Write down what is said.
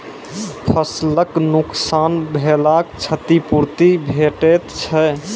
फसलक नुकसान भेलाक क्षतिपूर्ति भेटैत छै?